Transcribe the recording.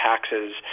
taxes